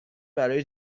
برای